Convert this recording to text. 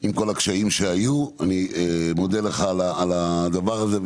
עם כל הקשיים שהיו, אני מודה לך על הדבר הזה.